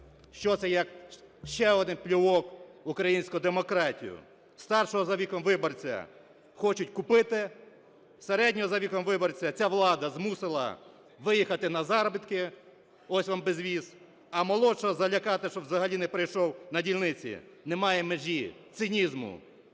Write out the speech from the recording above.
Що це, як не ще один плювок в українську демократію? Старшого за віком виборця хочуть купити, середнього за віком виборця ця влада змусила виїхати на заробітки (ось вам безвіз), а молодшого залякати, щоб взагалі не прийшов на дільниці. Немає межі цинізму